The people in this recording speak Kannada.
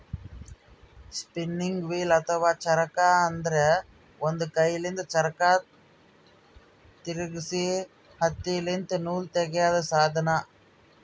ಸ್ಪಿನ್ನಿಂಗ್ ವೀಲ್ ಅಥವಾ ಚರಕ ಅಂದ್ರ ಒಂದ್ ಕೈಯಿಂದ್ ಚಕ್ರ್ ತಿರ್ಗಿಸಿ ಹತ್ತಿಲಿಂತ್ ನೂಲ್ ತಗ್ಯಾದ್ ಸಾಧನ